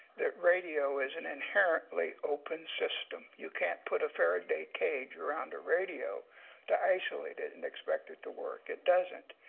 that radio is an inherently open system. you can't put a faraday cage around a radio to isolate it and expect it to work. it doesn't.